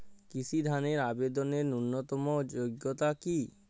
কৃষি ধনের আবেদনের ন্যূনতম যোগ্যতা কী?